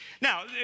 Now